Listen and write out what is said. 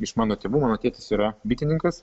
iš mano tėvų mano tėtis yra bitininkas